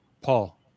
Paul